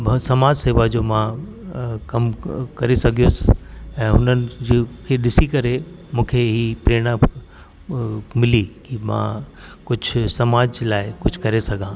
मां समाज शेवा जो मां कमु करे सघियुसि ऐं हुननि जी खे ॾिसी करे मूंखे इहा प्रेरणा मिली की मां कुझु समाज लाइ कुझु करे सघां